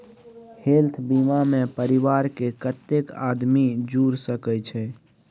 Health बीमा मे परिवार के कत्ते आदमी जुर सके छै?